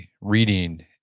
reading